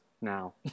now